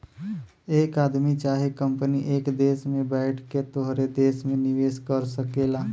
एक आदमी चाहे कंपनी एक देस में बैइठ के तोहरे देस मे निवेस कर सकेला